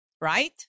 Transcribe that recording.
right